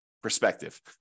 Perspective